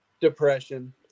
Depression